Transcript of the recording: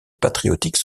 patriotique